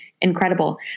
incredible